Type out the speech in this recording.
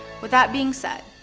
with that being said,